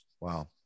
Wow